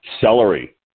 Celery